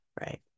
right